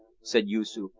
said yoosoof,